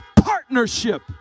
partnership